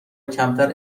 کمتر